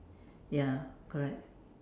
ya correct